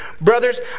brothers